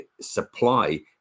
supply